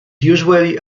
usually